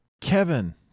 Kevin